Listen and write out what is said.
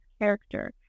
character